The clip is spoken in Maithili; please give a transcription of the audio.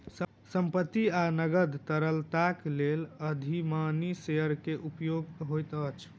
संपत्ति आ नकद तरलताक लेल अधिमानी शेयर के उपयोग होइत अछि